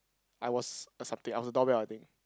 I was a something I was a doorbell I think